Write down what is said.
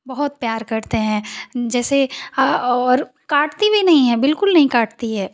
बहुत प्यार करते हैं जैसे और काटती भी नहीं है बिल्कुल नहीं काटती है